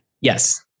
Yes